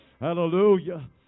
Hallelujah